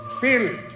filled